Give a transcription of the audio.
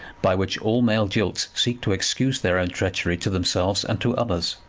by which all male jilts seek to excuse their own treachery to themselves and to others!